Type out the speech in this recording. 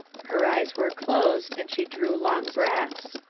her eyes were closed, and she drew long breaths.